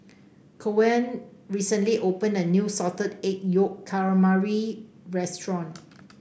Coen recently opened a new Salted Egg Yolk Calamari restaurant